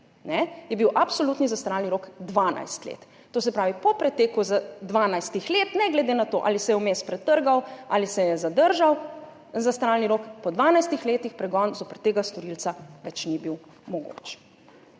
je bil absolutni zastaralni rok 12 let. To se pravi, po preteku 12 let ne glede na to, ali se je vmes pretrgal ali se je zadržal zastaralni rok, po 12 letih pregon zoper tega storilca ni bil več mogoč.